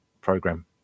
program